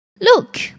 Look